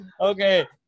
Okay